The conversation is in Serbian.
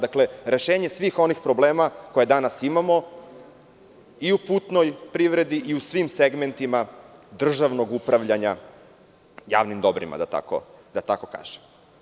Dakle, rešenje svih onih problema koje danas imamo i u putnoj privredi i u svim segmentima državnog upravljanja javnim dobrima, da tako kažem.